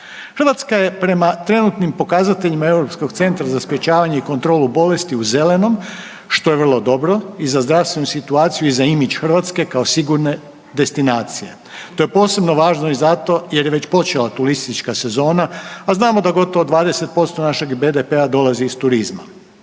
Hrvatska je prema trenutnim pokazateljima Europskog centra za sprječavanje i kontrolu bolesti u „zelenom“, što je vrlo dobro i za zdravstvenu situaciju i za imidž Hrvatske kao sigurne destinacije. To je posebno važno i zato jer je već počela turistička sezona, a znamo da gotovo 20% našeg BDP-a dolazi iz turizma.